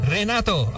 Renato